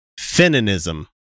Feminism